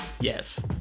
Yes